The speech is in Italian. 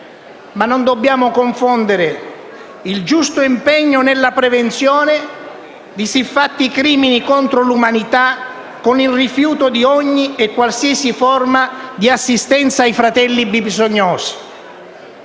Non dobbiamo però confondere il giusto impegno nella prevenzione di siffatti crimini contro l'umanità con il rifiuto di ogni e qualsiasi forma di assistenza ai fratelli bisognosi,